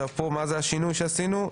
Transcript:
מה זה השינוי שעשינו?